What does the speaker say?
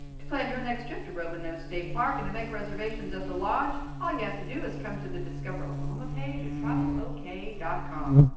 to plan your next trip to roman nose state park and to make reservations at the lodge, all you have to do is come to the discover oklahoma page at travelok dot com.